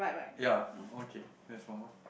ya okay there's one more